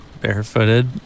barefooted